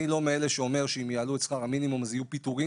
אני לא מאלה שאומרים שאם יעלו את שכר המינימום יהיו פיטורים